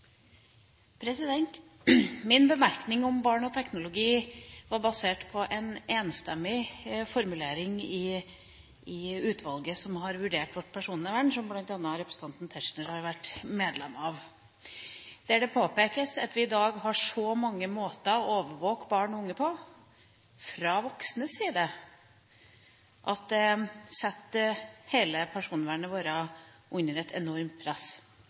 EU. Min bemerkning om barn og teknologi var basert på en enstemmig formulering i utvalget som har vurdert vårt personvern, og som bl.a. representanten Tetzschner har vært medlem av. Det påpekes der at vi i dag har så mange måter å overvåke barn og unge på, fra voksnes side, at det setter hele personvernet vårt under et enormt press.